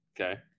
Okay